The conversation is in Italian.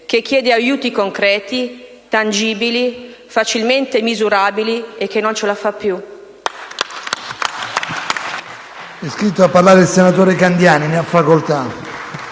che chiede aiuti concreti, tangibili, facilmente misurabili, e che non ce la fa più!